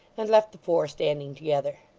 and left the four standing together.